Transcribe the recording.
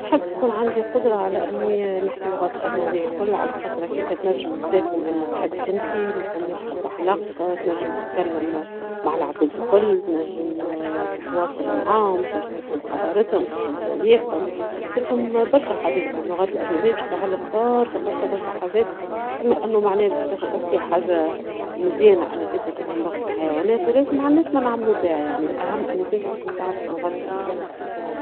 نحب تكون عندي القدرة على أني نحكي اللغات الأجنبية الكل علخاطر هكاكا تنجم تسافر وين تحب أنتي مفماش حتى قلق تنجم تتكلم مع العباد الكل ، تنجم تتواصل معاهم ، تنجم تفهم حضارتهم تفهم تاريخهم تفهم برشا حاجات عن اللغات الاجنبية باش تسهلك برشا برشا برشا حاجات ، مش كما أنوا معناها باش تاخو اوكي حاجة مزيانة انك تفهم لغة الحيوانات ، ولكن معناش باش نعملوا بيها ، الأهم أنك أنتي تعرف اللغات الأجنبية.